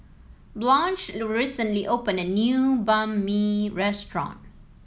Blanch recently opened a new Banh Mi restaurant